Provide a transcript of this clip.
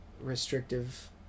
restrictive